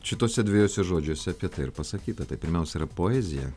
šituose dviejuose žodžiuose apie tai ir pasakyta tai pirmiausia yra poezija